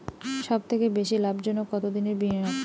সবথেকে বেশি লাভজনক কতদিনের বিনিয়োগ?